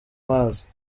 mazi